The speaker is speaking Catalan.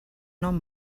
nom